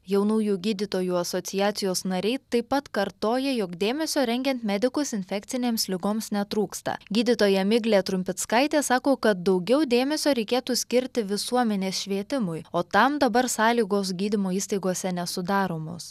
jaunųjų gydytojų asociacijos nariai taip pat kartoja jog dėmesio rengiant medikus infekcinėms ligoms netrūksta gydytoja miglė trumpickaitė sako kad daugiau dėmesio reikėtų skirti visuomenės švietimui o tam dabar sąlygos gydymo įstaigose nesudaromos